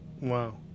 Wow